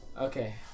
Okay